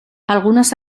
algunas